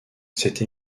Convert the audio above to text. cette